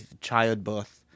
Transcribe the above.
childbirth